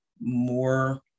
more